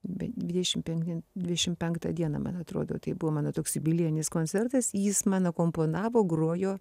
bet dvidešim penden dvidešim penktą dieną man atrodo tai buvo mano toks jubiliejinis koncertas jis man a komponavo grojo